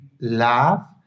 love